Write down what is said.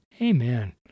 Amen